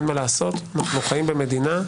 אנחנו חיים במדינה,